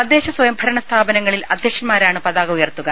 തദ്ദേശ സ്വയംഭരണ സ്ഥാപനങ്ങളിൽ അധ്യക്ഷൻമാരാണ് പതാക ഉയർത്തുക